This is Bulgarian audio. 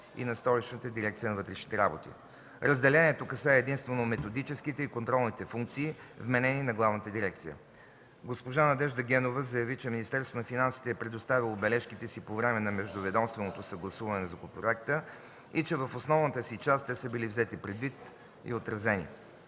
и на Столичната дирекция на вътрешните работи. Разделението касае единствено методическите и контролните функции, вменени на главната дирекция. Госпожа Надежда Генова заяви, че Министерството на финансите е предоставило бележките си по време на междуведомственото съгласуване на законопроекта и че в основната си част те са били взети предвид и отразени.